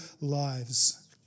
lives